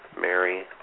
Mary